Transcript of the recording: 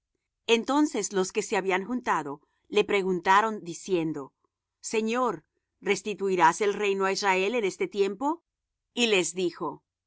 entonces los que se habían juntado le preguntaron diciendo señor restituirás el reino á israel en este tiempo y les dijo